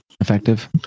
effective